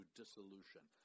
dissolution